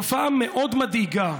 תופעה מאוד מדאיגה,